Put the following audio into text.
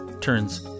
turns